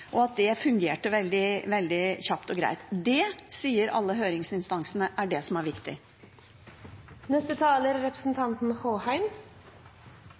og at det fungerte veldig kjapt og greit. Alle høringsinstansene sier at det er det som er